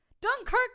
Dunkirk